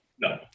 No